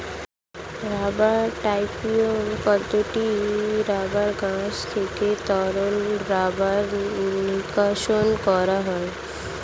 rubber tapping পদ্ধতিতে rubber গাছ থেকে তরল রাবার নিষ্কাশণ করা হয়